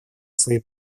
свои